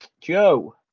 joe